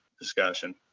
discussion